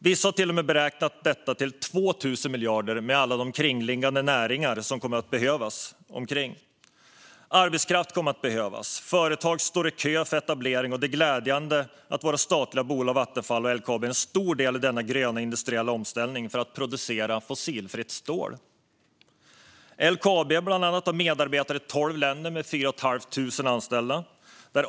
Vissa har till och med beräknat investeringarna till över 2 000 miljarder med alla de kringliggande näringar som kommer att behövas. Arbetskraft kommer att behövas. Företag står i kö för etablering, och det är glädjande att våra statliga bolag Vattenfall och LKAB har en stor del i denna gröna industriella omställning för att producera fossilfritt stål. LKAB har medarbetare i tolv länder med 4 500 anställda.